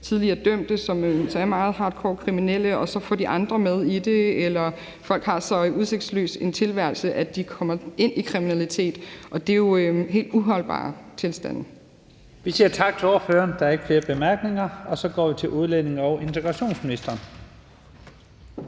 tidligere dømte, som er meget hardcore kriminelle, og som så får de andre med i kriminalitet, eller folk har så udsigtsløs en tilværelse, at de kommer ind i kriminalitet, og det er jo helt uholdbare tilstande. Kl. 12:53 Første næstformand (Leif Lahn Jensen): Vi siger tak til ordføreren. Der er ikke flere bemærkninger. Så går vi til udlændinge- og integrationsministeren.